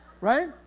right